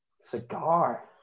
Cigar